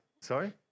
sorry